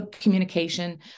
communication